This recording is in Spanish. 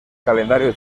calendario